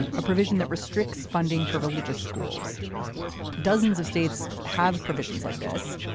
a provision that restricts funding for religious schools dozens of states have provisions like this.